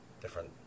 Different